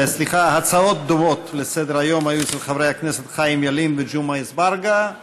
הצעות לסדר-היום היו אצל חברי הכנסת חיים ילין וג'מעה אזברגה,